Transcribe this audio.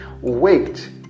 Wait